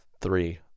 three